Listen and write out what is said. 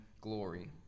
glory